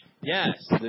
Yes